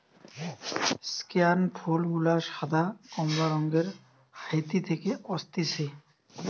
স্কেয়ান ফুল গুলা সাদা, কমলা রঙের হাইতি থেকে অসতিছে